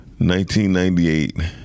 1998